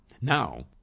Now